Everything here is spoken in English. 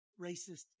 racist